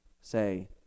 say